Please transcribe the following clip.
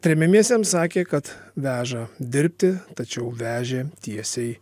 tremiamiesiems sakė kad veža dirbti tačiau vežė tiesiai